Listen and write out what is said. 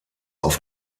auf